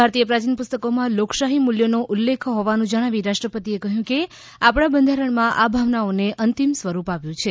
ભારતીય પ્રાયીન પુસ્તકોમાં લોકશાહી મૂલ્યોનો ઉલ્લેખ હોવાનું જણાવી રાષ્ટ્રપતિએ કહ્યું કે આપણા બંધારણમાં આ ભાવનાઓને અંતિમ સ્વરૂપ આપ્યું છે